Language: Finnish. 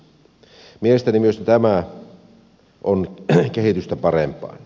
mielestäni myös tämä on kehitystä parempaan